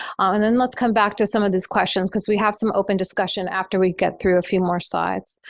um and then let's come back to some of these questions because we have some open discussion after we get through a few more slides.